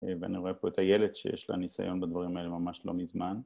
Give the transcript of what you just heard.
ואני רואה פה את איילת, שיש לה ניסיון בדברים האלה ממש לא מזמן.